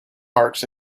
marks